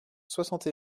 soixante